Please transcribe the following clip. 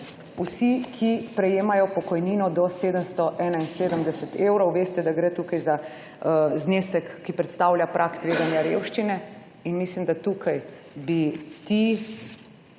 Vsi, ki prejemajo pokojnino do 771 evrov. Veste da gre tukaj za znesek, ki predstavlja prag tveganja revščine in mislim, da tukaj bi ti